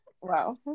Wow